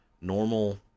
normal